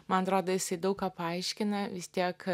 man atrodo jisai daug ką paaiškina vis tiek